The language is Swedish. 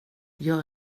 jag